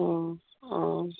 অঁ অঁ